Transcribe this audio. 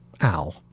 Al